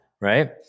Right